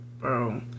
bro